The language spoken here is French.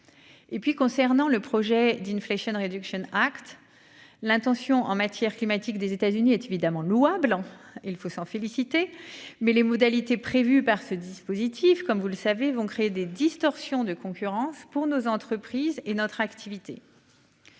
Et puis concernant le projet d'une flèche une réduction Act l'intention en matière climatique des États-Unis est évidemment louable. Il faut s'en féliciter, mais les modalités prévues par ce dispositif comme vous le savez, vont créer des distorsions de concurrence pour nos entreprises et notre activité.--